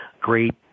great